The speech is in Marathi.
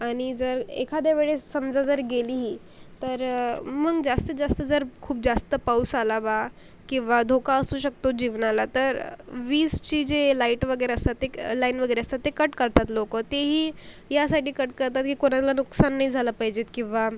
आणि जर एखाद्या वेळेस समजा जर गेली ही तर मग जास्तीत जास्त जर खूप जास्त पाऊस आला बा किंवा धोका असू शकतो जीवनाला तर विजचे जे लाईट वगैरे असतात ते लाईन वगैरे असतात ते कट करतात लोकं ते ही यासाठी कट करतात की कोणाला नुकसान नाही झाला पाहिजेत किंवा मग